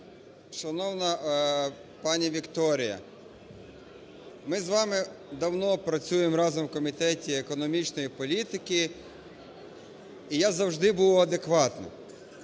Шановна пані Вікторія, ми з вами давно працюємо разом в Комітеті економічної політики, і я завжди був адекватним.